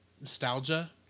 nostalgia